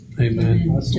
Amen